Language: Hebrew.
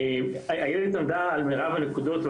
איילת עמדה על מרב הנקודות,